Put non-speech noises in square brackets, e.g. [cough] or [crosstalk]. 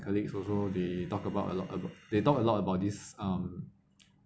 colleagues also they talk about a lot [noise] they talk a lot about this um [noise]